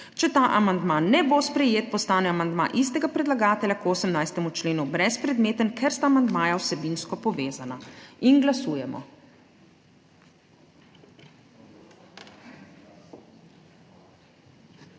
Če ta amandma ne bo sprejet, postane amandma istega predlagatelja k 18. členu brezpredmeten, ker sta amandmaja vsebinsko povezana. Glasujemo.